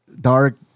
Dark